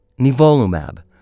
nivolumab